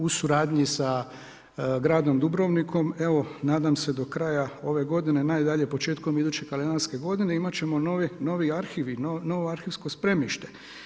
U suradnji sa gradom Dubrovnikom evo nadam se do kraja ove godine, najdalje početkom iduće kalendarske godine imat ćemo novi arhiv i novo arhivsko spremište.